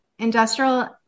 Industrial